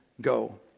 go